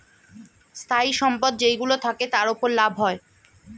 স্থায়ী সম্পদ যেইগুলো থাকে, তার উপর লাভ হয়